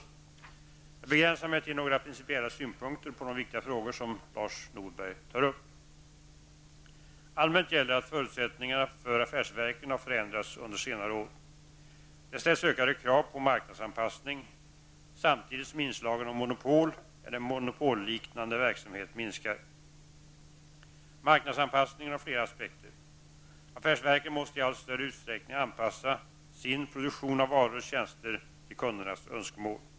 Jag begränsar mig till några principiella synpunkter på de viktiga frågor som Lars Norberg tar upp. Allmänt gäller att förutsättningarna för affärsverken har förändrats under senare år. Det ställs ökade krav på marknadsanpassning, samtidigt som inslagen av monopol eller monopolliknande verksamheter minskar. Marknadsanpassningen har flera aspekter. Affärsverken måste i allt större utsträckning anpassa sin produktion av varor och tjänster till kundernas önskemål.